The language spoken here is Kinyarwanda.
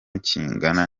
kingana